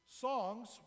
songs